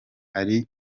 ari